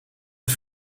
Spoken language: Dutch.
het